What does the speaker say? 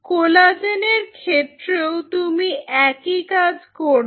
কোলাজেনের ক্ষেত্রেও তুমি একই কাজ করবে